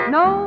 no